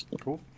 Cool